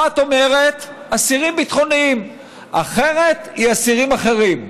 אחת אומרת, אסירים ביטחוניים, אחרת, אסירים אחרים?